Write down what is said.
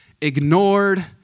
ignored